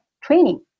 training